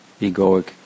egoic